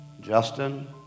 Justin